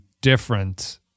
different